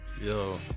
Yo